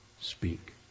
speak